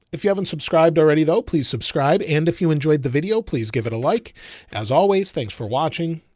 if you haven't subscribed already though, please subscribe. and if you enjoyed the video, please give it a like as always. thanks for watching.